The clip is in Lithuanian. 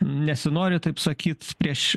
nesinori taip sakyt prieš